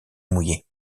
mouillée